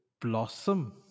blossom